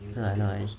no lah no lah it's